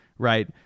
Right